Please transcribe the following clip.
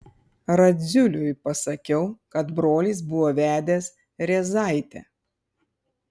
radziuliui pasakiau kad brolis buvo vedęs rėzaitę